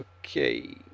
Okay